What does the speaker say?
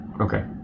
okay